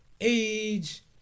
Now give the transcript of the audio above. age